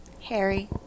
Harry